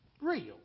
real